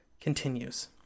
continues